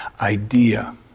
idea